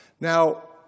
Now